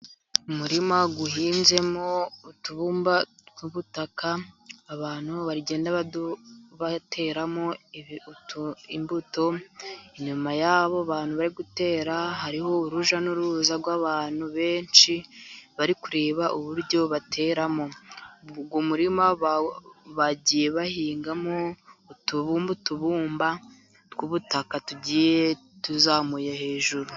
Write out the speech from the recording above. Umurima uhinzemo utubumba tw'ubutaka abantu bagenda bateramo imbuto, inyuma y'abo bantu bari gutera hariho urujya n'uruza rw'abantu benshi bari kureba uburyo bateramo. Umurima bagiye bahingamo utubumba utubumba tw'ubutaka tugiye tuzamuye hejuru.